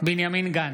בנימין גנץ,